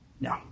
no